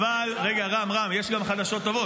--- רגע, רם, יש גם חדשות טובות.